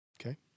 Okay